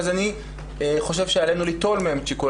אני חושב שעלינו ליטול מהם את שיקול